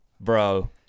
bro